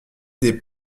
des